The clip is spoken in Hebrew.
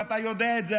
אתה יודע את זה,